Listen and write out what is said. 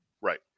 Right